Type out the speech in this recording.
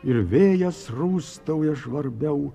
ir vėjas rūstauja žvarbiau